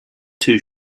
two